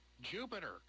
Jupiter